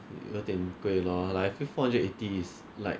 有点贵 lor like I feel four hundred and eighty is like